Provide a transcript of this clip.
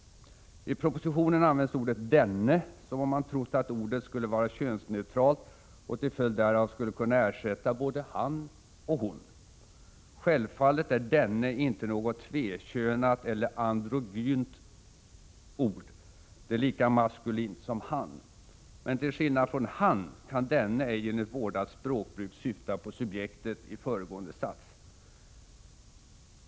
I propositionen används ordet ”denne” som om man trott att ordet skulle vara könsneutralt och till följd därav skulle kunna ersätta både ”han” och ”hon”. Självfallet är ”denne” inte något tvekönat eller androgynt ord — det är lika maskulint som ”han”. Men till skillnad från ”han” kan ”denne” ej enligt vårdat språkbruk syfta på subjektet i föregående sats.